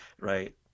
Right